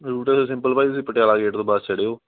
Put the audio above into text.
route ਹੈਗਾ simple ਭਾਅ ਜੀ ਤੁਸੀਂ ਪਟਿਆਲਾ ਗੇਟ ਤੋਂ ਬੱਸ ਚੜ੍ਹਿਓ